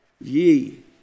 ye